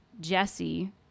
jesse